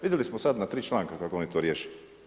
Vidjeli smo sad na 3 članka kako oni to riješe.